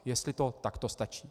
Jestli to takto stačí.